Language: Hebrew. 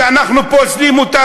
שאנחנו פוסלים אותה,